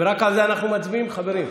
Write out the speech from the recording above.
ורק על זה אנחנו מצביעים, חברים?